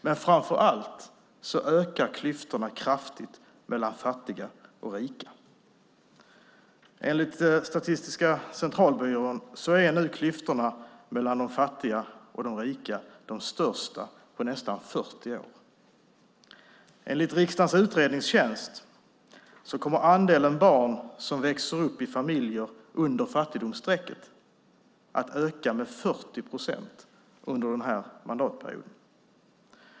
Men framför allt ökar klyftorna kraftigt mellan fattiga och rika. Enligt Statistiska centralbyrån är nu klyftorna mellan fattiga och rika de största på nästan 40 år. Enligt riksdagens utredningstjänst kommer andelen barn som växer upp i familjer under fattigdomsstrecket att öka med 40 procent under denna mandatperiod.